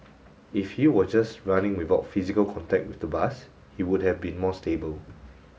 if he was just running without physical contact with the bus he would have been more stable